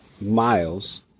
Miles